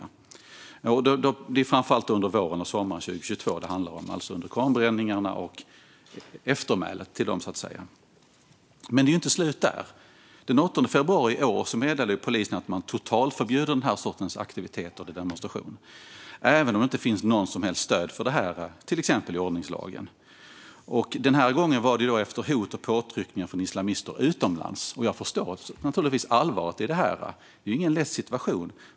De gäller framför allt våren och sommaren 2022, och det handlar alltså om koranbränningarna och eftermälet till dem. Men det är inte slut där. Den 18 februari i år meddelade polisen att man totalförbjuder den här sortens aktiviteter eller demonstrationer, även om det inte finns något som helst stöd för detta i till exempel ordningslagen. Den här gången var det efter hot och påtryckningar från islamister utomlands. Jag förstår naturligtvis allvaret i detta; det är ingen lätt situation.